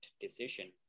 decision